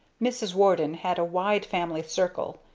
mrs. warden had a wide family circle,